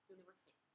University